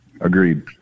Agreed